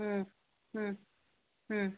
ꯎꯝ ꯎꯝ ꯎꯝ